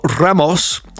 Ramos